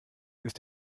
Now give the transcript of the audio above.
ist